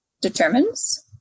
determines